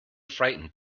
frightened